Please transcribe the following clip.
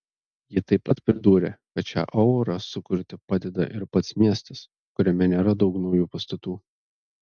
ji taip pat pridūrė kad šią aurą sukurti padeda ir pats miestas kuriame nėra daug naujų pastatų